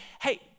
hey